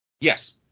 Yes